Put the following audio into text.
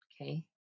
okay